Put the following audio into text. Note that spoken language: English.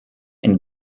and